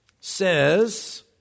says